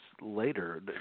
later